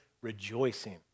rejoicing